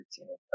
routine